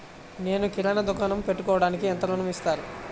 నేను కిరాణా దుకాణం పెట్టుకోడానికి ఎంత ఋణం ఇస్తారు?